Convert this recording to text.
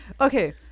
okay